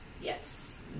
Yes